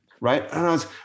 right